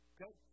Okay